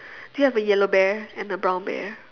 do you have a yellow bear and a brown bear